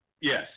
Yes